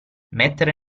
mettere